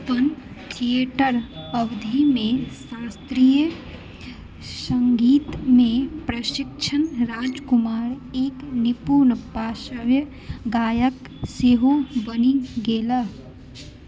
अपन थिएटर अवधिमे शास्त्रीय सङ्गीतमे प्रशिक्षण राजकुमार एक निपुण पार्श्व गायक सेहो बनि गेलह